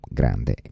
grande